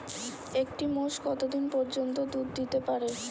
একটি মোষ কত দিন পর্যন্ত দুধ দিতে পারে?